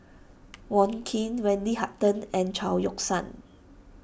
Wong Keen Wendy Hutton and Chao Yoke San